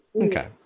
okay